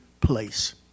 place